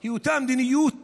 היא אותה מדיניות